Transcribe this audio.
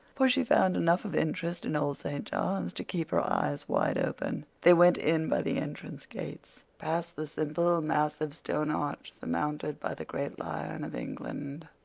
for she found enough of interest in old st. john's to keep her eyes wide open. they went in by the entrance gates, past the simple, massive, stone arch surmounted by the great lion of england.